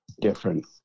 different